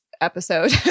episode